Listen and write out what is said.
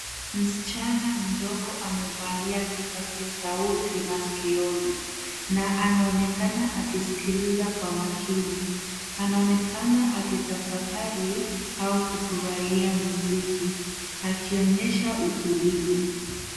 Msichana mdogo amevalia kipazio sauti masikioni na anaonekana akisikiliza kwa makini. Anaonekana akitafakari au kufurahia muziki, akionyesha utulivu.